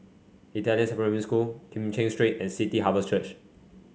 Italian Supplementary School Kim Cheng Street and City Harvest Church